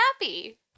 happy